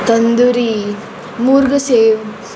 tandoori मुर्गसेव